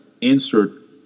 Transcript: insert